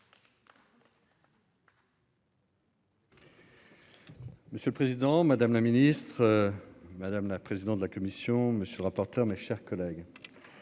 Monsieur le président, madame la ministre. Madame la présidente de la commission. Monsieur le rapporteur. Mes chers collègues.